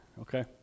okay